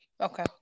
Okay